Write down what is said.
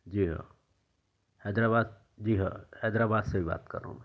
جی ہاں حیدر آباد جی ہاں حیدر آباد سے بات کر رہا ہوں میں